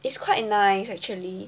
is quite nice actually